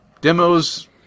demos